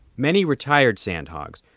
many retired sandhogs,